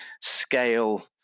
scale